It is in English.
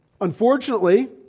Unfortunately